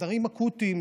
חדרים אקוטיים,